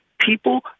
people